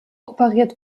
operiert